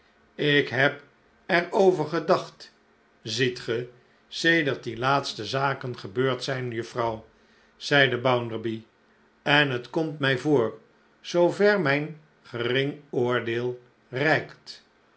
ik heb er over gedacht ziet ge sedert die laatste zaken gebeurd zijn juffrouw zeide bounderby en het komt mij voor zoover mijn gering oordeel reikt